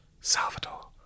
Salvador